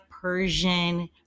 Persian